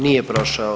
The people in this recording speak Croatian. Nije prošao.